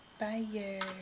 -bye